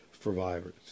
Survivors